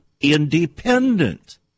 independent